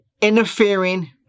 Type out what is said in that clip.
interfering